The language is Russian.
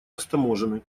растаможены